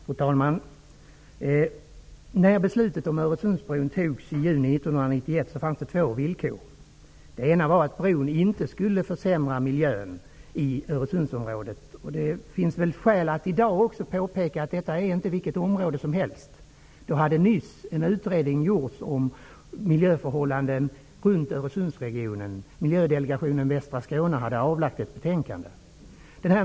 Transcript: Fru talman! När beslutet om Öresundsbron fattades i juni 1991 fanns det två villkor. Det ena var att bron inte skulle försämra miljön i Öresundsområdet. Det finns skäl att också i dag påpeka att detta inte är vilket område som helst. Då hade en utredning nyligen gjorts om miljöförhållanden runt Öresundsregionen. Miljödelegatation Västra Skåne hade avgett ett betänkande.